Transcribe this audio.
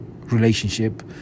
relationship